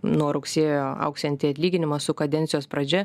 nuo rugsėjo augsiantį atlyginimą su kadencijos pradžia